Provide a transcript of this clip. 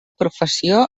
professió